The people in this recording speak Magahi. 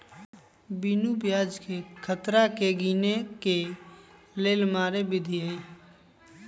बिनु ब्याजकें खतरा के गिने के लेल मारे विधी हइ